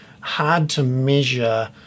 hard-to-measure